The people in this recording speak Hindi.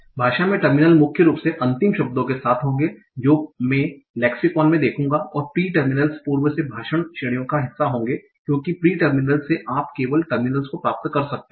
भाषा में टर्मिनल मुख्य रूप से अंतिम शब्दों के साथ होंगे जो मैं लेक्सिकॉन में देखूंगा और प्री टर्मिनल्स पूर्व से भाषण श्रेणियों का हिस्सा होंगे क्योंकि प्री टर्मिनल्स से आप केवल टर्मिनल्स को प्राप्त कर सकते हैं